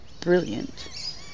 brilliant